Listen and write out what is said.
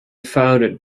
founded